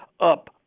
up